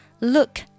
look